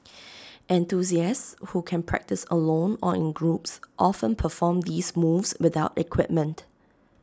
enthusiasts who can practise alone or in groups often perform these moves without equipment